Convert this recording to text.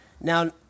Now